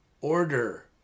Order